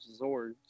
Zords